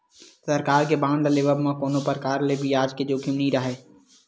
सरकार के बांड ल लेवब म कोनो परकार ले बियाज के जोखिम नइ राहय